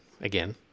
again